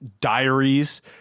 diaries